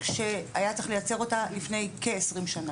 שהיה צריך לייצר אותה לפני כעשרים שנה.